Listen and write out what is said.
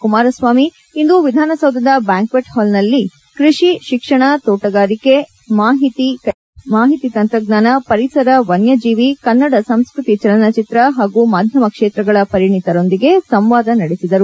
ಕುಮಾರಸ್ವಾಮಿ ಇಂದು ವಿಧಾನ ಸೌಧದ ಬ್ಯಾಂಕ್ವೇಟ್ ಹಾಲ್ನಲ್ಲಿಂದು ಕೃಷಿ ಶಿಕ್ಷಣ ಕೈಗಾರಿಕೆ ಮಾಹಿತಿ ತಂತ್ರ ಜ್ಞಾನ ಪರಿಸರ ವನ್ಯ ಜೀವಿ ಕನ್ನಡ ಸಂಸ್ಕೃತಿ ಚಲನಚಿತ್ರ ಹಾಗೂ ಮಾಧ್ಯಮ ಕ್ಷೇತ್ರಗಳ ಪರಿಣಿತರೊಂದಿಗೆ ಸಂವಾದ ನಡೆಸಿದರು